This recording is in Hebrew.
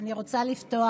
אני רוצה לפתוח